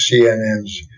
CNN's